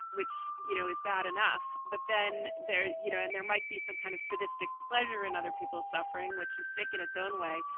which, you know, is bad enough. but then, you know, and there might be some kind of sadistic pleasure in other people's suffering, which is sick in its own way.